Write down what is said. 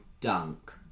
Dunk